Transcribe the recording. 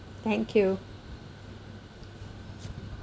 thank you